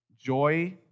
joy